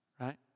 right